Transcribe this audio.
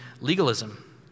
legalism